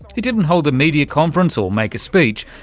he didn't hold a media conference or make a speech,